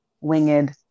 winged